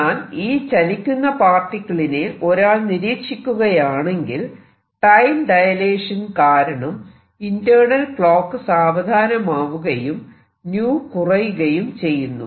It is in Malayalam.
എന്നാൽ ഈ ചലിക്കുന്ന പാർട്ടിക്കിളിനെ ഒരാൾ നിരീക്ഷിക്കുകയാണെങ്കിൽ ടൈം ഡയലേഷൻ കാരണം ഇന്റേണൽ ക്ലോക്ക് സാവധാനമാവുകയും 𝜈 കുറയുകയും ചെയ്യുന്നു